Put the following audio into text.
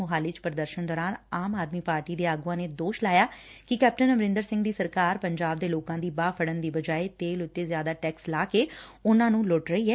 ਮੁਹਾਲੀ ਵਿਚ ਪੁਦਰਸ਼ਨ ਦੌਰਾਨ ਆਮ ਆਦਮੀ ਪਾਰਟੀ ਦੇ ਆਗੁਆਂ ਨੇ ਦੋਸ਼ ਲਾਇਆ ਕਿ ਕੈਪਟਨ ਅਮਰਿੰਦਰ ਸਿੰਘ ਦੀ ਸਰਕਾਰ ਪੰਜਾਬ ਦੇ ਲੋਕਾਂ ਦੀ ਬਾਂਹ ਫੜਨ ਦੀ ਬਜਾਏ ਤੇਲ ਉਤੇ ਜ਼ਿਆਦਾ ਟੈਕਸ ਲਾ ਕੇ ਉਨ੍ਹਾਂ ਨੂੰ ਲੁੱਟ ਰਹੀ ਏ